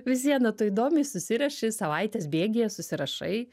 vis viena tu įdomiai susiruoši savaitės bėgyje susirašai